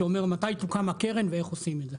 שאומר מתי תוקם הקרן ואיך עושים את זה.